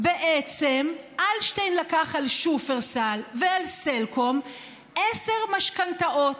בעצם אלשטיין לקח על שופרסל ועל סלקום עשר משכנתאות: